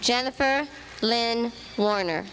jennifer lynn warner